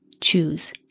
choose